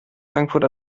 frankfurt